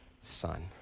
son